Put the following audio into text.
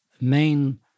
main